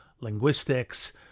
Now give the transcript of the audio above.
linguistics